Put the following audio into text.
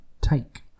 take